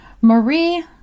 Marie